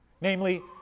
Namely